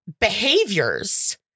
behaviors